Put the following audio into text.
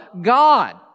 God